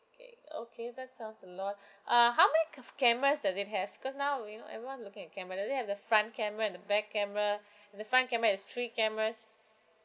gig okay that sounds a lot uh how many of cameras does it has cause now you know everyone is looking at camera do you have the front camera and the back camera and the front camera is three cameras